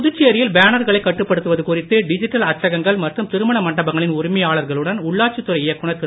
புதுச்சேரியில் பேனர்களை கட்டுப்படுத்துவது குறித்து டிஜிட்டல் அச்சகங்கள் மற்றும் திருமண மண்டபங்களின் உரிமையாளர்களுடன் உள்ளாட்சி துறை இயக்குநர் திரு